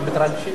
הם מתרגשים.